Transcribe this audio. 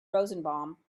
rosenbaum